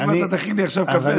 כי אם אתה תכין לי עכשיו קפה,